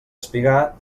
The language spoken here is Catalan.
espigat